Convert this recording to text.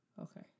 Okay